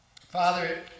Father